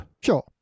Sure